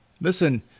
Listen